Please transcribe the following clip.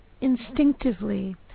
instinctively